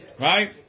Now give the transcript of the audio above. Right